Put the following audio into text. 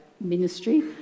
ministry